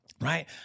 Right